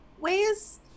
ways